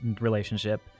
relationship